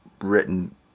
written